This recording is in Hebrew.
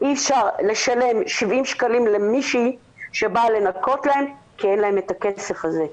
אי אפשר לשלם 70 שקלים למישהי שבאה לנקות להם כי אין להם את הכסף הזה.